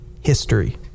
history